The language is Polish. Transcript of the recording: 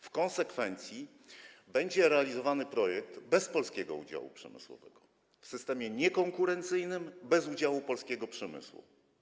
W konsekwencji będzie realizowany projekt bez polskiego udziału przemysłowego, w systemie niekonkurencyjnym, bez udziału polskiego przemysłu.